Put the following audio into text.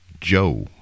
Joe